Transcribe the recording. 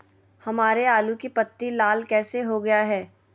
हमारे आलू की पत्ती लाल कैसे हो गया है?